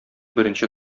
беренче